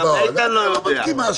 גם איתן לא יודע.